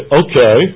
okay